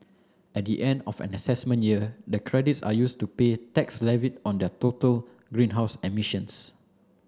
at the end of an assessment year the credits are used to pay tax levied on their total greenhouse emissions